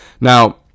Now